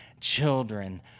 Children